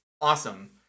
Awesome